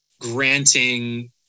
granting